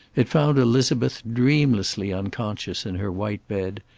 it found elizabeth dreamlessly unconscious in her white bed,